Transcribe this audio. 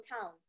town